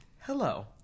Hello